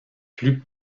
plus